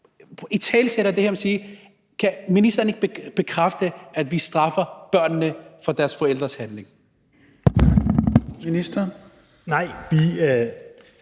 italesætter det her. Kan ministeren ikke bekræfte, at vi straffer børnene for deres forældres handlinger?